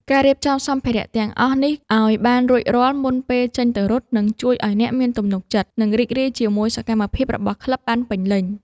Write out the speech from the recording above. ការរៀបចំសម្ភារៈទាំងអស់នេះឱ្យបានរួចរាល់មុនពេលចេញទៅរត់ នឹងជួយឱ្យអ្នកមានទំនុកចិត្ត និងរីករាយជាមួយសកម្មភាពរបស់ក្លឹបបានពេញលេញ។